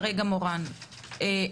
מורן,